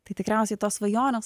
tai tikriausiai tos svajonės